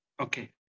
okay